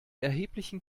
erheblichen